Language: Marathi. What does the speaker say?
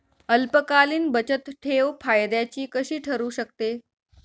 अल्पकालीन बचतठेव फायद्याची कशी ठरु शकते?